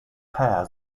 pears